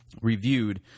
reviewed